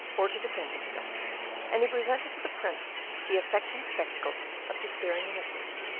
or to defend himself and he presented to the prince the affecting spectacle of despairing innocence,